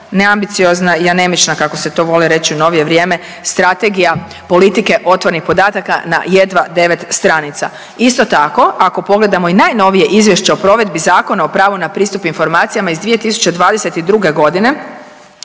neambiciozna i anemična kako se to voli reći u novije vrijeme strategija politike otvorenih podataka na jedva 9 stranica. Isto tako, ako pogledamo i najnovije Izvješće o provedbi Zakona o pravu na pristup informacijama iz 2022. godine